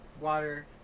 Water